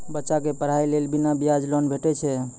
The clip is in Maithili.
बच्चाक पढ़ाईक लेल बिना ब्याजक लोन भेटै छै?